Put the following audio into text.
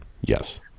Yes